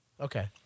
Okay